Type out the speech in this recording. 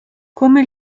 come